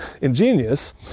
ingenious